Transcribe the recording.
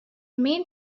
main